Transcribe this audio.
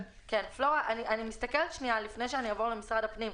לפני שאני עובדת למשרד הפנים.